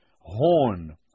horn